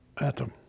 atom